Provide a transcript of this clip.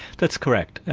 that's correct.